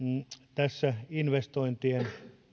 tässä investointien